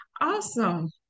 Awesome